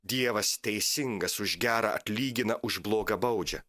dievas teisingas už gerą atlygina už blogą baudžia